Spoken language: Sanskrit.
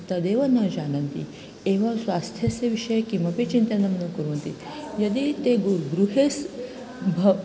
तदेव न जानन्ति एव स्वास्थ्यस्य विषये किमपि चिन्तनं न कुर्वन्ति यदि ते गृहे गृहे सः भवन्ति